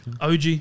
OG